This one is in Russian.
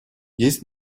есть